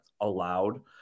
allowed